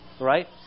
right